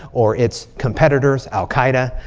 or its competitors, al-qaeda.